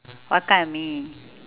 what kind of mee